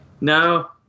No